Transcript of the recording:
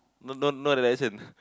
no no not the license